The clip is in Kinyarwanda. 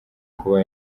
kuba